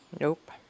Nope